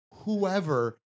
whoever